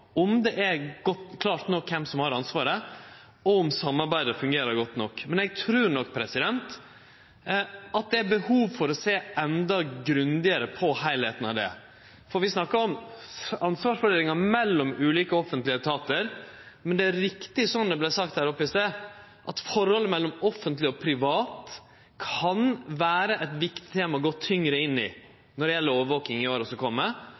om det er klart nok kven som har ansvaret, og om samarbeidet fungerer godt nok. Men eg trur nok at det er behov for å sjå endå grundigare på heilskapen i dette, for vi snakkar om ansvarsfordelinga mellom ulike offentlege etatar. Men det er riktig, som det vart sagt her oppe i stad, at forholdet mellom offentleg og privat kan vere eit viktig tema å gå tyngre inn i når det gjeld overvaking i åra som